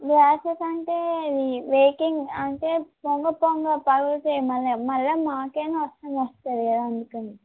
glasses అంటే వేగిరంగ్ అంటే తొందర తొందరగా పగిలితే మళ్ళ మళ్ళా మాకే నష్టం వస్తుంది కదా అందుకని